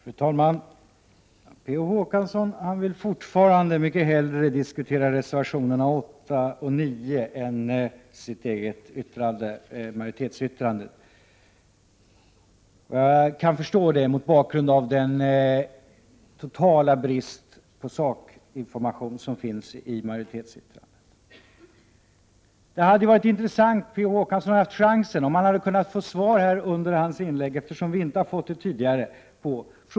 Fru talman! Per Olof Håkansson vill fortfarande hellre diskutera reservationerna 8 och 9 än majoritetsyttrandet. Jag kan förstå detta med tanke på den totala bristen på sakinformation i majoritetsyttrandet. Det hade varit bra om vi hade kunnat få svar på frågorna av Per Olof Håkansson under hans inlägg, eftersom vi inte fått det tidigare.